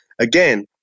Again